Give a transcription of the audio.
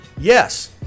Yes